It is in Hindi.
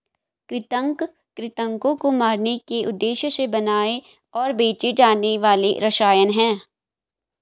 कृंतक कृन्तकों को मारने के उद्देश्य से बनाए और बेचे जाने वाले रसायन हैं